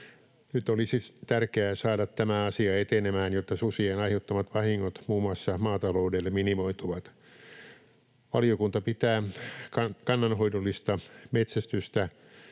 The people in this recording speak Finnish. Nyt olisi tärkeää saada tämä asia etenemään, jotta susien aiheuttamat vahingot muun muassa maataloudelle minimoituvat. Valiokunta pitää kannanhoidollista metsästystä